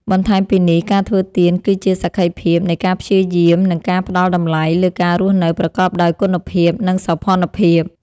បន្ថែមពីនេះ ការធ្វើទៀនគឺជាសក្ខីភាពនៃការព្យាយាម និងការផ្ដល់តម្លៃលើការរស់នៅប្រកបដោយគុណភាព និងសោភ័ណភាព។